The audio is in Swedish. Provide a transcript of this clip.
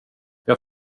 jag